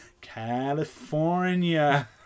California